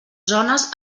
zones